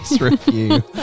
review